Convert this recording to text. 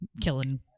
killing